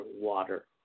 water